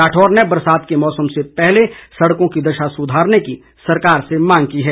राठौर ने बरसात के मौसम से पहले सड़कों की दशा सुधारने की सरकार से मांग की है